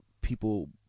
People